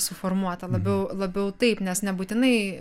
suformuota labiau labiau taip nes nebūtinai